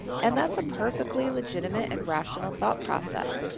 and that's a perfectly legitimate and rational thought process,